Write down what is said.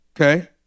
okay